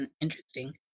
interesting